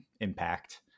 impact